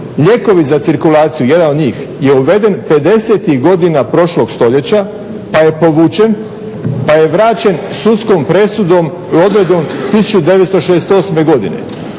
lijekovi za cirkulaciju jedan od njih je uveden 50-ih godina prošlog stoljeća pa je povučen, pa je vraćen sudskom presudom i odredbom 1968.godine.